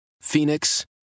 Phoenix